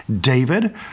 David